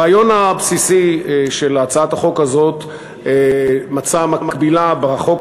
הרעיון הבסיסי של הצעת החוק הזאת מצא מקבילה בחוק